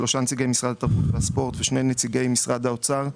שלושה נציגי משרד התרבות והספורט ושני נציגי משרד האוצר,